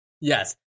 yes